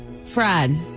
Fred